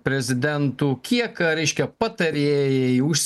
prezidentų kiek reiškia patarėjai jūs